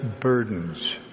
burdens